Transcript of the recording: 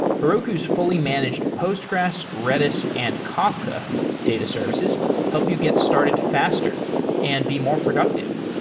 heroku's fully managed postgres, redis and kafka data services help you get started faster and be more productive.